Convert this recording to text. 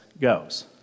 goes